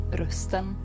rösten